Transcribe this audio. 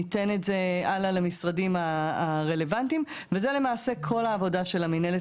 נעביר הלאה למשרדים הרלוונטיים וזה למעשה כל העבודה של המנהלת